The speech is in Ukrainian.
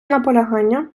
наполягання